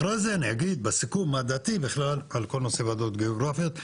אחרי זה אני אגיד בסיכום מה דעתי בכלל על כל נושא הוועדות הגיאוגרפיות.